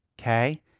Okay